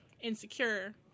insecure